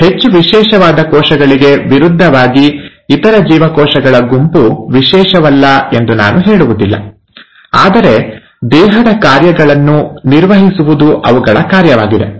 ಈ ಹೆಚ್ಚು ವಿಶೇಷವಾದ ಕೋಶಗಳಿಗೆ ವಿರುದ್ಧವಾಗಿ ಇತರ ಜೀವಕೋಶಗಳ ಗುಂಪು ವಿಶೇಷವಲ್ಲ ಎಂದು ನಾನು ಹೇಳುವುದಿಲ್ಲ ಆದರೆ ದೇಹದ ಕಾರ್ಯಗಳನ್ನು ನಿರ್ವಹಿಸುವುದು ಅವುಗಳ ಕಾರ್ಯವಾಗಿದೆ